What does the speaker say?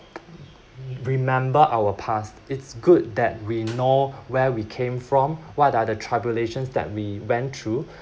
remember our past it's good that we know where we came from what are the tribulations that we went through